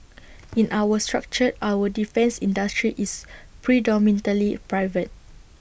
in our structure our defence industry is predominantly private